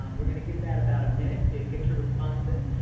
um we're going to give that about a minute to get your responses.